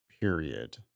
period